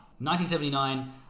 1979